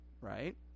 right